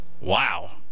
Wow